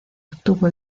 obtuvo